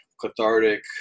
cathartic